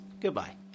goodbye